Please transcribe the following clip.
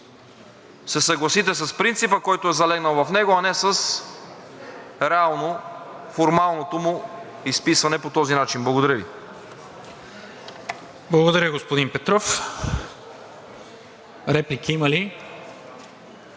съгласите с принципа, който е залегнал в него, а не с реално формалното му изписване по този начин. Благодаря ви. ПРЕДСЕДАТЕЛ НИКОЛА МИНЧЕВ: Благодаря, господин Петров. Реплики има ли?